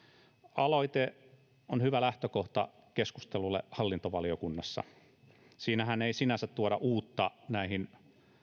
aloite on hyvä lähtökohta keskustelulle hallintovaliokunnassa siinähän ei sinänsä tuoda uutta näihin